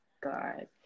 god